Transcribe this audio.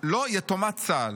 לא יתומת צה"ל.